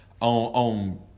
on